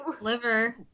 Liver